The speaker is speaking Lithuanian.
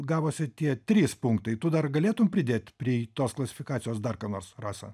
gavosi tie trys punktai tu dar galėtum pridėt prie tos klasifikacijos dar ką nors rasa